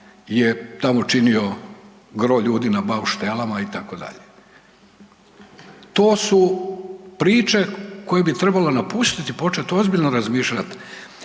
je tamo činio gro ljudi na bauštelama itd. To su priče koje bi trebalo napustiti i početi ozbiljno razmišljati.